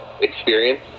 experience